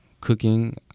cooking